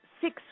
six